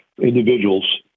individuals